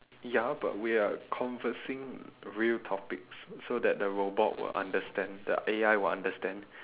ya but we are conversing real topics so that the robot will understand the A_I will understand